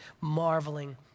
marveling